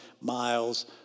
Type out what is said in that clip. miles